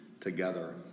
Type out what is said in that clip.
together